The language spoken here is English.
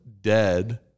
dead